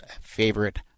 favorite